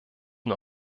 nur